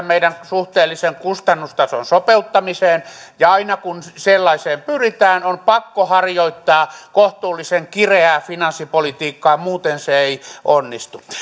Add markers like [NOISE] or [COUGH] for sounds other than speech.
[UNINTELLIGIBLE] meidän suhteellisen kustannustason sopeuttamiseen ja aina kun sellaiseen pyritään on pakko harjoittaa kohtuullisen kireää finanssipolitiikkaa muuten se ei onnistu